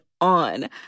on